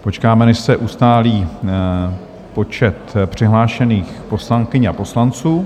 Počkáme, než se ustálí počet přihlášených poslankyň a poslanců.